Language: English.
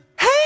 Hey